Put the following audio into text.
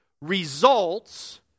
results